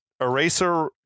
Eraser